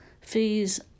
Fees